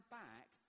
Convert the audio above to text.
back